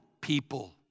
people